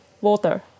water